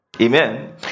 Amen